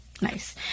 nice